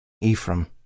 Ephraim